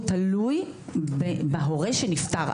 הוא תלוי בהורה שנפטר.